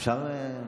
אפשר משהו,